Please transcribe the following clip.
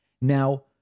Now